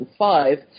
2005